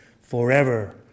forever